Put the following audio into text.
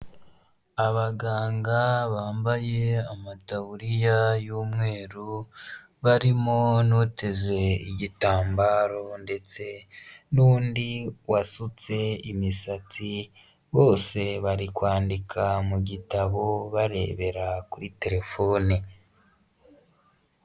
Abaganga bambaye amadaburiya y'umweru barimo n'uteze igitambaro ndetse n'undi wasutse imisatsi bose bari kwandika mu gitabo barebera kuri telefone.